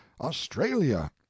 australia